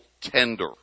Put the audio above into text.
tender